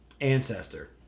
ancestor